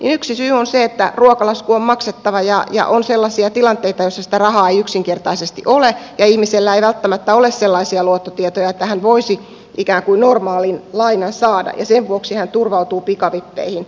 yksi syy on se että ruokalasku on maksettava ja on sellaisia tilanteita joissa sitä rahaa ei yksinkertaisesti ole ja ihmisellä ei välttämättä ole sellaisia luottotietoja että hän voisi ikään kuin normaalin lainan saada ja sen vuoksi hän turvautuu pikavippeihin